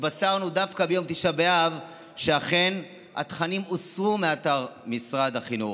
התבשרנו דווקא ביום תשעה באב שאכן התכנים הוסרו מאתר משרד החינוך,